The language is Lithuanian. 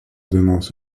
dainos